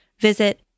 Visit